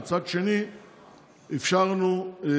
ומצד שני אפשרנו את זה,